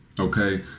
Okay